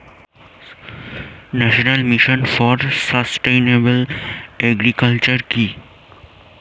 National mission for sustainable agriculture কি?